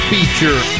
Feature